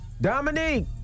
Dominique